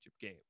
game